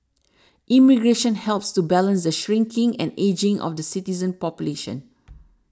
immigration helps to balance the shrinking and ageing of the citizen population